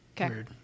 Okay